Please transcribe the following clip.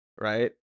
Right